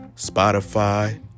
Spotify